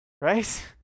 right